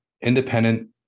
independent